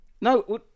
No